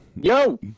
Yo